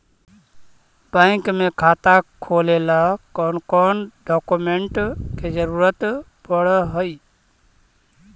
Bank में खाता खोले ल कौन कौन डाउकमेंट के जरूरत पड़ है?